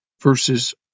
verses